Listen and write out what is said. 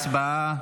הצבעה.